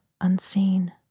unseen